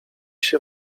się